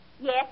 Yes